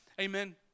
Amen